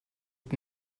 est